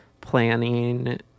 planning